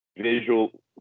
visual